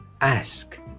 Ask